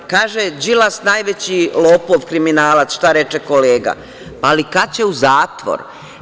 Kaže, Đilas najveći lopov, kriminalac, šta reče kolega, ali kada će u zatvor?